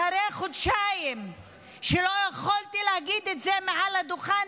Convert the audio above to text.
אחרי חודשיים שלא יכולתי להגיד את זה על הדוכן,